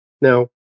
Now